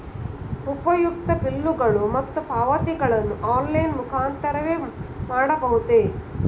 ಉಪಯುಕ್ತತೆ ಬಿಲ್ಲುಗಳು ಮತ್ತು ಪಾವತಿಗಳನ್ನು ಆನ್ಲೈನ್ ಮುಖಾಂತರವೇ ಮಾಡಬಹುದೇ?